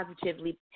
positively